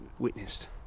witnessed